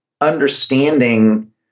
understanding